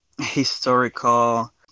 historical